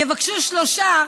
"יבקשו שלושה",